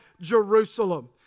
Jerusalem